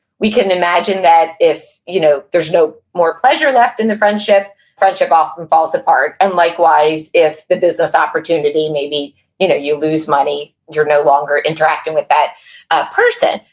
we can imagine that if you know, there's no more pleasure left in the friendship, friendship often falls apart. and likewise, if the business opportunity, maybe you know you lose money, you're no longer interacting with that ah person,